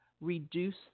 reduce